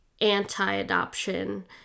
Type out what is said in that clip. anti-adoption